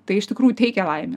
tai iš tikrųjų teikia laimę